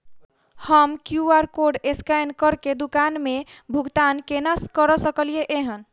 हम QR code scan करके दुकान मे भुगतान केना करऽ सकलिये एहन?